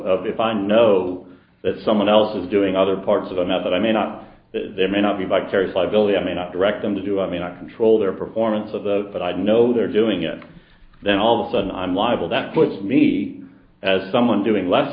of if i know that someone else is doing other parts of a method i may not there may not be a vicarious liability i may not direct them to do i mean i control their performance of the but i know they're doing it then all the sudden i'm liable that puts me as someone doing less